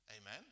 Amen